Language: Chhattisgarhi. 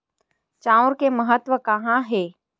चांउर के महत्व कहां हे?